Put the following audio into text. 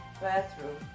bathroom